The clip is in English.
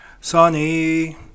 Sunny